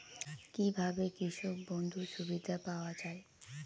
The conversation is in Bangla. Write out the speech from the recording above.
কি ভাবে কৃষক বন্ধুর সুবিধা পাওয়া য়ায়?